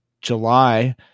July